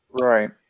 Right